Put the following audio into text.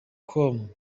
com